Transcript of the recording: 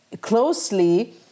closely